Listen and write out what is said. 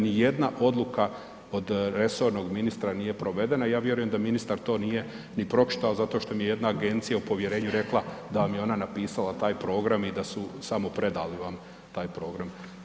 Nijedna odluka od resornog ministra nije provedena i ja vjerujem da to ministar nije ni pročitao zato što mi je jedna agencija u povjerenju rekla da vam je ona napisala taj program i da su vam samo predali taj program.